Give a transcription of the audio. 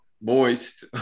moist